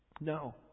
No